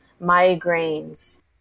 migraines